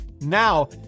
now